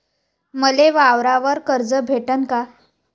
मले वावरावर कर्ज भेटन का?